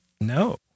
No